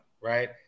right